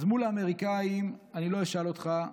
אז מול האמריקאים, אני לא אשאל אותך,